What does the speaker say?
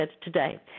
today